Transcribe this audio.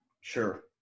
sure